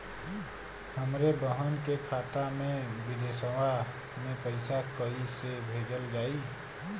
हमरे बहन के खाता मे विदेशवा मे पैसा कई से भेजल जाई?